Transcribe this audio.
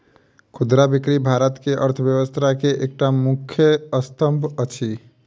खुदरा बिक्री भारत के अर्थव्यवस्था के एकटा मुख्य स्तंभ अछि